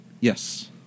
Yes